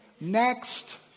Next